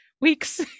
weeks